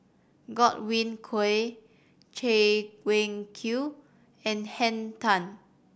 Godwin Koay Chay Weng Q and Henn Tan